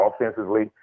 offensively